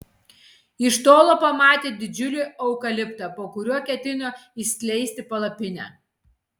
iš tolo pamatė didžiulį eukaliptą po kuriuo ketino išskleisti palapinę